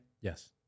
Yes